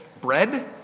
bread